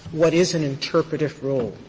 what is an interpretative rule?